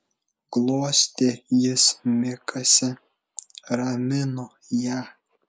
glostė jis mikasę ramino ją